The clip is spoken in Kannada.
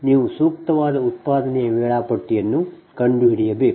ನೀವು ಸೂಕ್ತವಾದ ಉತ್ಪಾದನೆಯ ವೇಳಾಪಟ್ಟಿಯನ್ನುಕಂಡುಹಿಡಿಯಬೇಕು